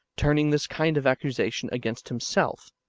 turning this kind of accusation against himself.